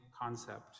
concept